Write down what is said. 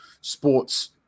sports